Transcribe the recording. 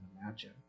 imagine